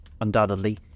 Undoubtedly